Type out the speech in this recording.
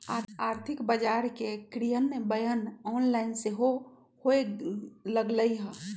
आर्थिक बजार के क्रियान्वयन ऑनलाइन सेहो होय लगलइ ह